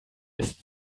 ist